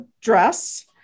dress